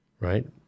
right